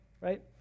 right